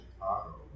Chicago